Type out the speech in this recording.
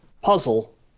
puzzle